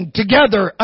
together